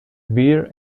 beer